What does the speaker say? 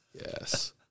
yes